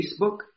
Facebook